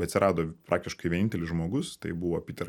atsirado praktiškai vienintelis žmogus tai buvo piter